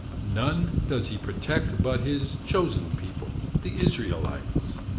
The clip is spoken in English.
none does he protect but his chosen people, the israelites.